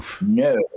No